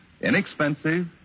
inexpensive